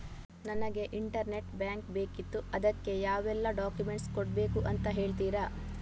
ನನಗೆ internet bank ಬೇಕಿತ್ತು ಅದಕ್ಕೆ ಯಾವೆಲ್ಲಾ ಡಾಕ್ಯುಮೆಂಟ್ಸ್ ಕೊಡ್ಬೇಕು ಅಂತ ಹೇಳ್ತಿರಾ?